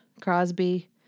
Crosby